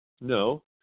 No